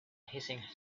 hissing